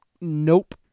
Nope